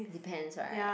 depends right